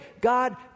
God